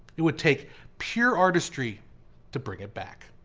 it would take pure artistry to bring it back.